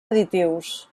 additius